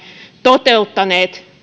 toteuttaneet